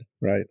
right